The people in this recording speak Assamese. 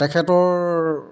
তেখেতৰ